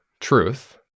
truth